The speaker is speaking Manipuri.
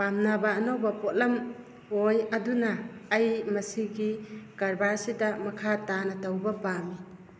ꯄꯝꯅꯕ ꯑꯅꯧꯕ ꯄꯣꯠꯂꯝ ꯑꯣꯏ ꯑꯗꯨꯅ ꯑꯩ ꯃꯁꯤꯒꯤ ꯀꯔꯕꯥꯔꯁꯤꯗ ꯃꯈꯥ ꯇꯥꯅ ꯇꯧꯕ ꯄꯥꯝꯃꯤ